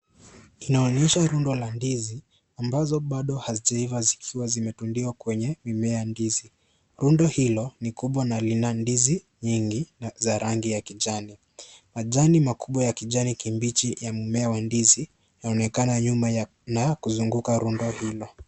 Tunaonyeshwa rundo la ndizi ambazo bado hazijaiva zikiwa zimetundiwa kwenye mimea ya ndizi . Rundo hilo ni kubwa na lina ndizi nyingi za rangi ya kijani . Majani makubwa ya kijani kibichi ya mmea wa ndizi yaonekana nyuma na kuzunguka rundo hilo.